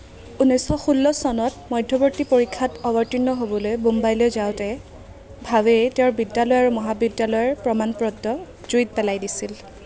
ঊনৈছশ ষোল্ল চনত মধ্যৱৰ্তী পৰীক্ষাত অৱতীৰ্ণ হ'বলৈ বোম্বাইলৈ যাওঁতে ভাৱেই তেওঁৰ বিদ্যালয় আৰু মহাবিদ্যালয়ৰ প্ৰমাণপত্ৰ জুইত পেলাই দিছিল